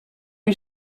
you